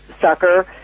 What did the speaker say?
sucker